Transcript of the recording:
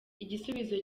igisubizo